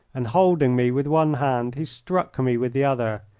and holding me with one hand he struck me with the other.